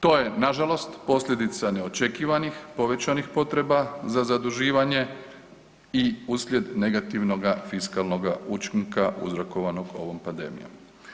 To je nažalost posljedica neočekivanih povećanih potreba za zaduživanje i uslijed negativnoga učinka uzrokovanog ovom pandemijom.